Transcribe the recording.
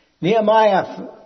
Nehemiah